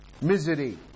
misery